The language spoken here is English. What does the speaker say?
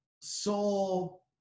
soul